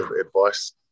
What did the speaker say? advice